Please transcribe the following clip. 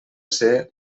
ser